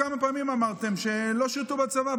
כמה פעמים אמרתם שלא שירתו בצבא,